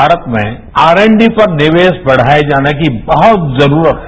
भारत में R and D पर निवेश बढ़ाए जाने की बहुत जरूरत है